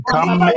Come